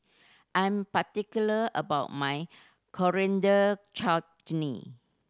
I'm particular about my Coriander Chutney